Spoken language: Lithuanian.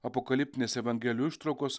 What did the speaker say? apokaliptinės evangelijų ištraukos